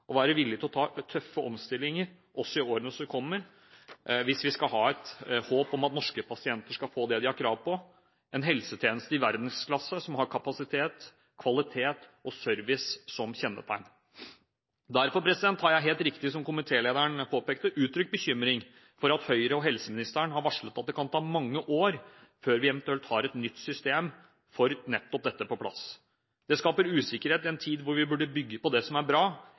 og være villige til å ta tøffe omstillinger også i årene som kommer, hvis vi skal ha et håp om at norske pasienter skal få det de har krav på – en helsetjeneste i verdensklasse som har kapasitet, kvalitet og service som kjennetegn. Derfor har jeg helt riktig, som komitélederen påpekte, uttrykt bekymring for at Høyre og helseministeren har varslet at det kan ta mange år før vi eventuelt har et nytt system for nettopp dette på plass. Det skaper usikkerhet i en tid hvor vi burde bygge på det som er bra